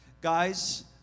Guys